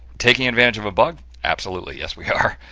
taking advantage of a bug? absolutely, yes we are,